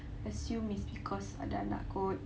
assume it's because ada anak kot